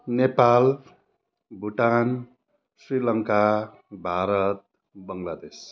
Nepal Bhutan Sri Lanka Bharat Bangladesh